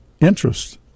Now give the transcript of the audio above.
Interest